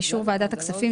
באישור ועדת הכספים,